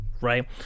right